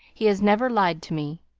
he has never lied to me.